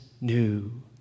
new